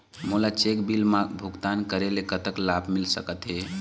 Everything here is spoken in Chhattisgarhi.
मोला चेक बिल मा भुगतान करेले कतक लाभ मिल सकथे?